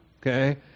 okay